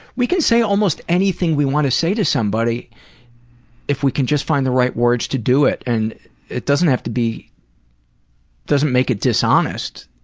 we can say almost anything we want to say to somebody if we can just find the right words to do it, and it doesn't have to be doesn't make it dishonest.